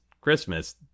christmas